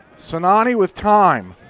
sinani with time.